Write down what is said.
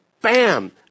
bam